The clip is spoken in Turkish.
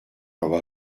hava